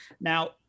now